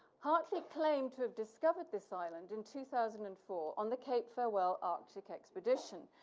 hartley claimed to have discovered this island in two thousand and four on the cape farewell arctic expedition,